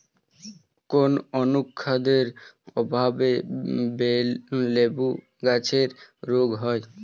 কোন অনুখাদ্যের অভাবে লেবু গাছের রোগ হয়?